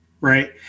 right